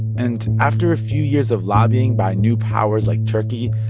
and after a few years of lobbying by new powers like turkey,